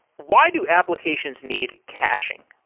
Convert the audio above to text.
why do applications need caching?